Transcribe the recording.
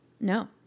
No